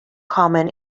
common